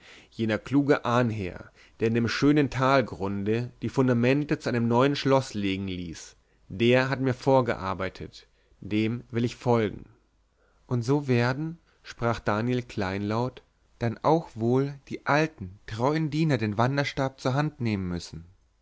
jener kluge ahnherr der in dem schönen talgrunde die fundamente zu einem neuen schloß legen ließ der hat mir vorgearbeitet dem will ich folgen und so werden sprach daniel kleinlaut dann auch wohl die alten treuen diener den wanderstab zur hand nehmen müssen